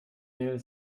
mel